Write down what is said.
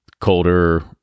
colder